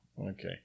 Okay